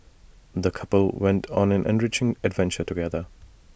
the couple went on an enriching adventure together